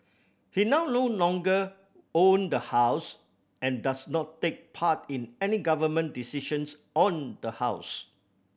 he now no longer own the house and does not take part in any Government decisions on the house